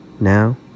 Now